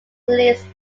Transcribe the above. released